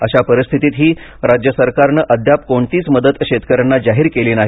अशा परिस्थितीतही राज्य सरकारनं अद्याप कोणतीच मदत शेतकऱ्यांना जाहीर केली नाही